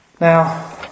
Now